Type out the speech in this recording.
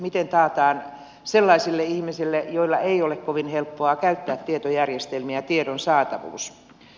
miten taataan sellaisille ihmisille joiden ei ole kovin helppo käyttää tietojärjestelmiä tiedon saatavuus